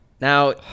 Now